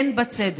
אין בה צדק.